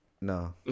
No